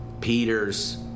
Peter's